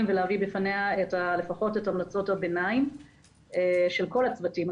ולהביא בפניה לפחות את המלצות הביניים של כל הצוותים.